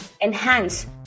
enhance